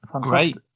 Great